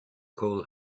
call